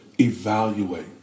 evaluate